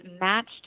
matched